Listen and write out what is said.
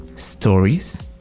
stories